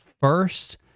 first